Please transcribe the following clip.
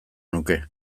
nuke